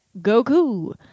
Goku